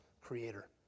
creator